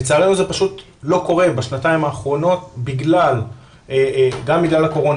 לצערנו זה פשוט לא קורה בשנתיים האחרונות גם בגלל הקורונה